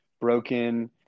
broken